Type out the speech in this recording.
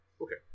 Okay